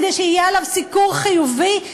כדי שיהיה עליו סיקור חיובי,